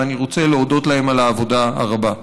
ואני רוצה להודות להם על העבודה הרבה.